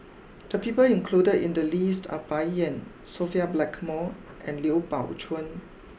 the people included in the list are Bai Yan Sophia Blackmore and Liu Pao Chuen